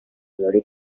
glory